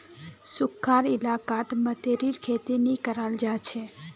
सुखखा इलाकात मतीरीर खेती भी कराल जा छे